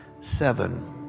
Seven